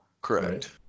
Correct